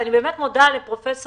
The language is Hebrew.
ואני באמת מודה לפרופ'